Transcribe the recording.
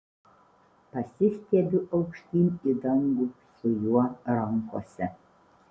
pasistiebiu aukštyn į dangų su juo rankose